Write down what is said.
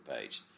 page